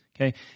okay